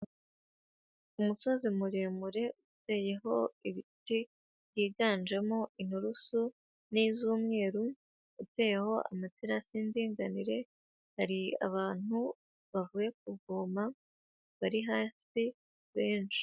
Umusozi muremure uteyeho ibiti byiganjemo inturusu n'iz'umweru, uteyeho amaterasi y'indinganire, hari abantu bavuye kuvoma, bari hasi benshi.